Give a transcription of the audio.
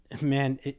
man